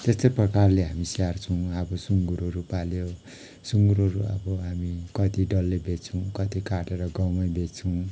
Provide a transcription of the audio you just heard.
त्यस्तै प्रकारले हामी स्याहार्छौँ अब सुँगुरहरू पाल्यो सुँगुरहरू अब हामी कति डल्लै बेच्छौँ कति काटेर गाउँमै बेच्छौँ